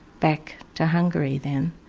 back to hungary then.